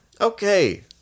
Okay